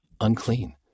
unclean